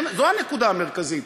זו הנקודה המרכזית.